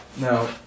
now